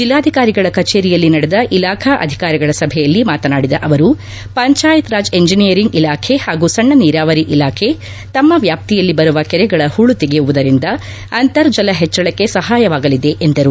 ಜಿಲ್ಲಾಧಿಕಾರಿಗಳ ಕಚೇರಿಯಲ್ಲಿ ನಡೆದ ಇಲಾಖಾ ಅಧಿಕಾರಿಗಳ ಸಭೆಯಲ್ಲಿ ಮಾತನಾಡಿದ ಅವರು ಪಂಚಾಯತ್ರಾಜ್ ಇಂಜಿನಿಯರಿಂಗ್ ಇಲಾಖೆ ಹಾಗೂ ಸಣ್ಣ ನೀರಾವರಿ ಇಲಾಖೆ ತಮ್ಮ ವ್ಯಾಪ್ತಿಯಲ್ಲಿ ಬರುವ ಕೆರೆಗಳ ಹೂಳು ತೆಗೆಯುವುದರಿಂದ ಅಂತರ್ಜಲ ಹೆಚ್ಚಳಕ್ಕೆ ಸಹಾಯವಾಗಲಿದೆ ಎಂದರು